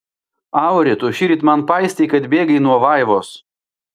auri tu šįryt man paistei kad bėgai nuo vaivos